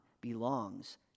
belongs